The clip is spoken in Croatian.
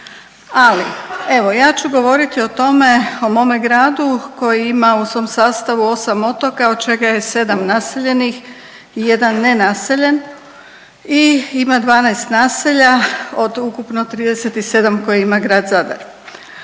Ali evo ja ću govoriti o tome, o mome gradu koji ima u svom sastavu 8 otoka od čega je 7 naseljenih i 1 nenaseljen i ima 12 naselja od ukupno 37 koje ima Grad Zadar.